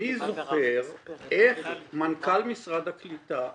אני זוכר איך מנכ"ל משרד הקליטה אז,